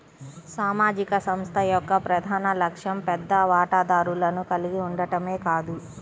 సామాజిక సంస్థ యొక్క ప్రధాన లక్ష్యం పెద్ద వాటాదారులను కలిగి ఉండటమే కాదు